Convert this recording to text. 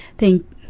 Thank